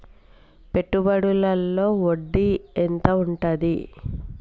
పెట్టుబడుల లో వడ్డీ ఎంత ఉంటది?